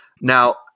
Now